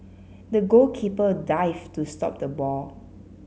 the goalkeeper dived to stop the ball